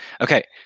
Okay